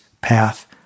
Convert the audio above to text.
path